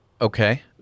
Okay